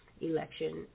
election